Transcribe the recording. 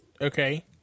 Okay